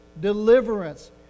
deliverance